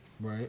Right